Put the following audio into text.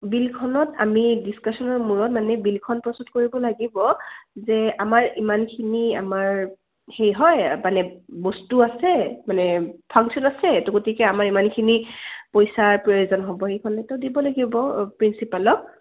বিলখনত আমি ডিছকাশ্যনৰ মূৰত মানে বিলখন প্ৰস্তুত কৰিব লাগিব যে আমাৰ ইমানখিনি আমাৰ হেৰি হয় মানে বস্তু আছে মানে ফাংচন আছে তো গতিকে আমাৰ ইমানখিনি পইচাৰ প্ৰয়োজন হ'ব সেইখনতো দিব লাগিব প্ৰিন্সিপালক